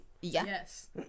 Yes